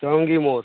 চৌরঙ্গী মোড়